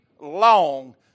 long